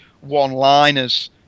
one-liners